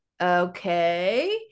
Okay